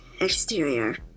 exterior